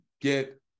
get